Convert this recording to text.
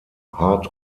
hard